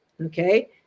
Okay